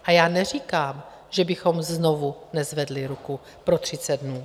A já neříkám, že bychom znovu nezvedli ruku pro 30 dnů.